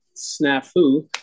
snafu